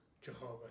Jehovah